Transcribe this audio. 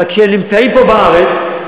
אבל כשהם נמצאים פה בארץ,